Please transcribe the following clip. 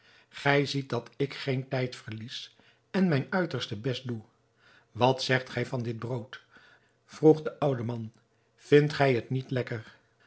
gij ziet dat ik geen tijd verlies en mijn uiterste best doe wat zegt gij van dit brood vroeg de oude man vindt gij het niet lekker